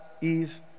Eve